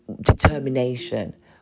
determination